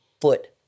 foot